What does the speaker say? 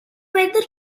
weather